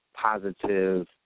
positive